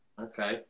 okay